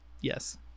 yes